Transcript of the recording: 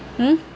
hmm